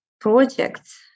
projects